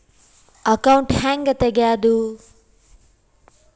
Account ಹ್ಯಾಂಗ ತೆಗ್ಯಾದು?